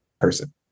person